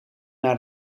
naar